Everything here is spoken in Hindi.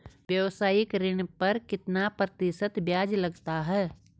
व्यावसायिक ऋण पर कितना प्रतिशत ब्याज लगता है?